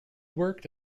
worked